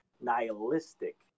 nihilistic